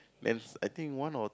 then I think one or